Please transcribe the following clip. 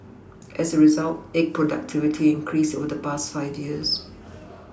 as a result egg productivity increased over the past five years